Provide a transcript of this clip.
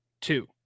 two